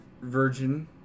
virgin